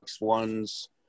Ones